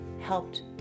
helped